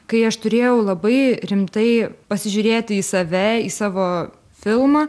kai aš turėjau labai rimtai pasižiūrėti į save į savo filmą